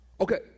Okay